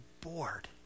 bored